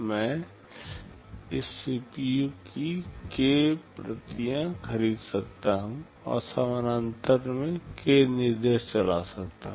मैं इस सीपीयू की k प्रतियां खरीद सकता हूं और समानांतर में k निर्देश चला सकता हूं